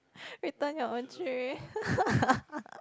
return your own tray